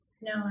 no